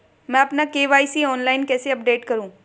मैं अपना KYC online कैसे अपडेट करूँ?